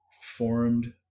formed